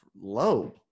low